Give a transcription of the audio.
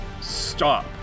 stop